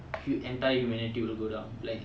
I feel the entire humanity to go down